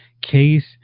case